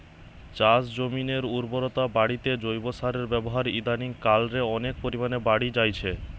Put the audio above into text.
চাষজমিনের উর্বরতা বাড়িতে জৈব সারের ব্যাবহার ইদানিং কাল রে অনেক পরিমাণে বাড়ি জাইচে